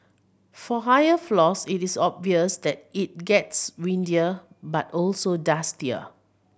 for higher floors it is obvious that it gets windier but also dustier